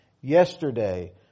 yesterday